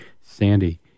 Sandy